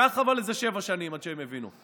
אבל לקח איזה שבע שנים עד שהם הבינו.